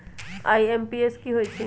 IMPS की होईछइ?